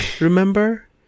Remember